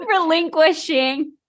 relinquishing